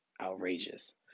outrageous